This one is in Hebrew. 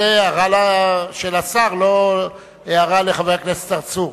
זו הערה של השר לחבר הכנסת צרצור.